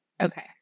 Okay